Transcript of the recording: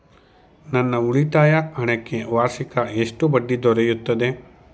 ನನ್ನ ಉಳಿತಾಯ ಹಣಕ್ಕೆ ವಾರ್ಷಿಕ ಎಷ್ಟು ಬಡ್ಡಿ ದೊರೆಯುತ್ತದೆ?